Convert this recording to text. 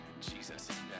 Jesus